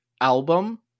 album